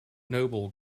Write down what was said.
noble